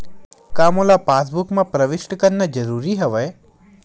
का मोला पासबुक म प्रविष्ट करवाना ज़रूरी हवय?